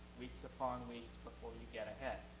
weeks upon weeks before you get ahead.